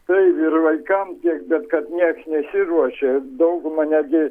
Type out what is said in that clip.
taigi ir vaikams tiek bet kad nieks nesiruošia dauguma netgi